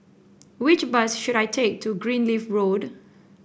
which bus should I take to Greenleaf Road